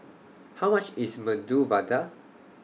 How much IS Medu Vada